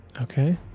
Okay